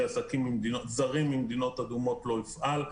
עסקים זרים ממדינות אדומות לא יפעל.